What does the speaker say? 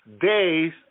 days